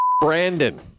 Brandon